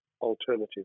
alternative